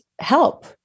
help